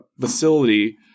facility